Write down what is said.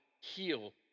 heal